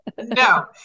No